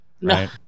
Right